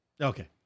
Okay